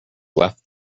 left